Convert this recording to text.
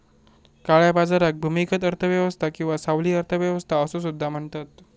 काळ्या बाजाराक भूमिगत अर्थ व्यवस्था किंवा सावली अर्थ व्यवस्था असो सुद्धा म्हणतत